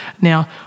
Now